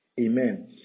Amen